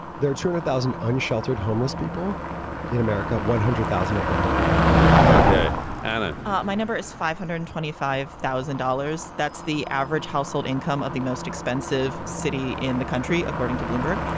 there are two thousand unsheltered homeless people in america. one hundred thousand of them live in california. ok and ah my number is five hundred and twenty five thousand dollars. that's the average household income of the most expensive city in the country, according to bloomberg,